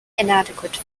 inadequate